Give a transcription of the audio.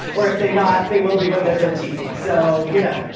or if they not, they will be when they're thirteen. so, you know,